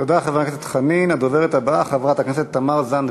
תודה, חבר הכנסת חנין.